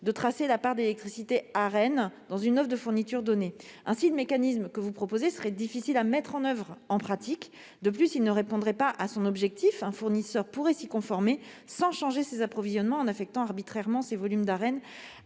de tracer la part d'électricité Arenh dans une offre de fourniture donnée. Ainsi, le mécanisme que vous proposez serait difficile à mettre en oeuvre en pratique. De plus, il ne répondrait pas à son objectif : un fournisseur pourrait s'y conformer sans changer ses approvisionnements, en affectant arbitrairement ses volumes d'Arenh